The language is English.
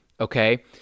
Okay